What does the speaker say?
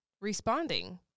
responding